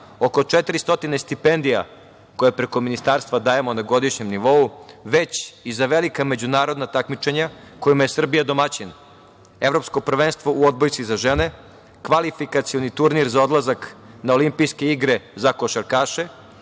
oko 400 stipendija koje preko Ministarstva dajemo na godišnjem nivou, već i za velika međunarodna takmičenja kojima je Srbija domaćin. Evropsko prvenstvo u odbojci za žene, kvalifikacioni turnir za odlazak na Olimpijske igre za košarkaše,